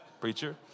preacher